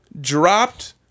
dropped